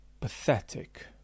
Pathetic